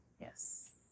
yes